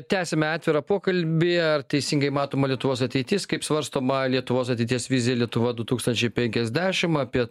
tęsiame atvirą pokalbį ar teisingai matoma lietuvos ateitis kaip svarstoma lietuvos ateities vizija lietuva du tūkstančiai penkiasdešim apie